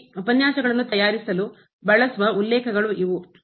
ಈ ಉಪನ್ಯಾಸವನ್ನು ತಯಾರಿಸಲು ಬಳಸುವ ಉಲ್ಲೇಖಗಳು ಇವು